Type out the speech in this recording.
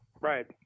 Right